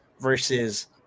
versus